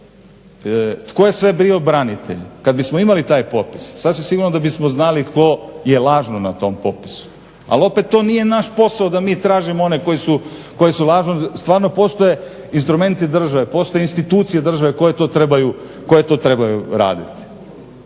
tko je sve bio branitelj, kad bismo imali taj popis, sasvim sigurno da bismo znali tko je lažno na tom popisu, ali opet to nije naš posao da mi tražimo one koji su lažno, stvarno postoje instrumenti države, postoje institucije države koje to trebaju raditi.